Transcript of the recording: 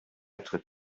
beitritt